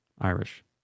Irish